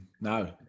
no